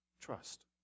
Trust